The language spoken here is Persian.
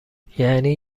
یعنی